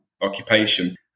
occupation